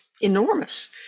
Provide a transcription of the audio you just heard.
enormous